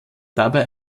dabei